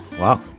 Wow